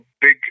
big